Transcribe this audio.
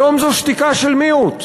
היום זו שתיקה של מיעוט,